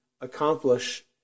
accomplish